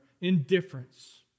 indifference